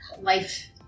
life